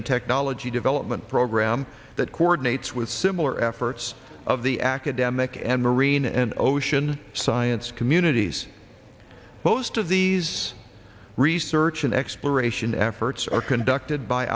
and technology development program that coordinates with similar efforts of the academic and marine and ocean science communities most of these research in exploration efforts are conducted by